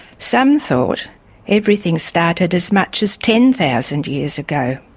some thought everything started as much as ten thousand years ago,